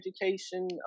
education